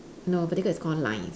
no vertical is called lines